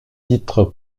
titre